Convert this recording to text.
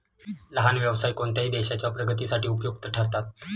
लहान व्यवसाय कोणत्याही देशाच्या प्रगतीसाठी उपयुक्त ठरतात